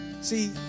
see